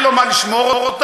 אין לו מה לשמור אותם.